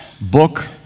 book